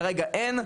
כרגע אין,